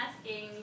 asking